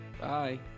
bye